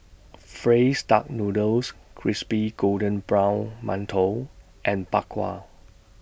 Duck Noodles Crispy Golden Brown mantou and Bak Kwa